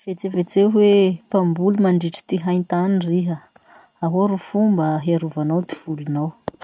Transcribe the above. Vetsevetseo hoe mpamboly mandritry ty haintany riha. Ahoa ro fomba hiarovanao ty volinao?